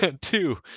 Two